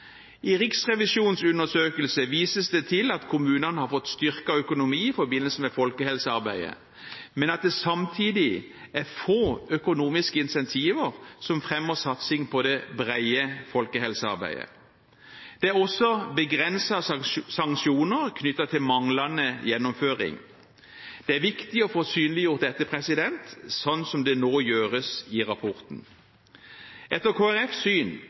I Riksrevisjonens undersøkelse vises det til at kommunene har fått styrket økonomi i forbindelse med folkehelsearbeidet, men at det samtidig er få økonomiske incentiver som fremmer satsing på det brede folkehelsearbeidet. Det er også begrensede sanksjoner knyttet til manglende gjennomføring. Det er viktig å få synliggjort dette, slik det nå gjøres i rapporten. Etter Kristelig Folkepartis syn